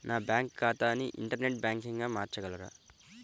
నా బ్యాంక్ ఖాతాని ఇంటర్నెట్ బ్యాంకింగ్గా మార్చగలరా?